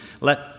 Let